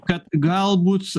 kad galbūt